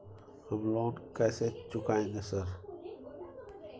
हम लोन कैसे चुकाएंगे सर?